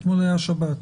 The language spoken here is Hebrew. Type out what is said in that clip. אתמול היה שבת.